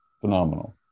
Phenomenal